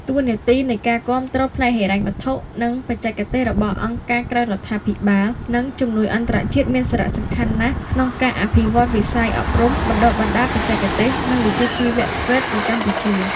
តួនាទីនៃការគាំទ្រផ្នែកហិរញ្ញវត្ថុ និងបច្ចេកទេសរបស់អង្គការក្រៅរដ្ឋាភិបាល និងជំនួយអន្តរជាតិមានសារៈសំខាន់ណាស់ក្នុងការអភិវឌ្ឍវិស័យអប់រំបណ្តុះបណ្តាលបច្ចេកទេស និងវិជ្ជាជីវៈ (TVET) នៅកម្ពុជា។